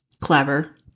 clever